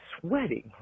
sweating